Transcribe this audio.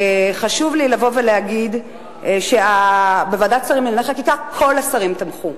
חשוב לי לבוא ולהגיד שבוועדת השרים לענייני חקיקה כל השרים תמכו.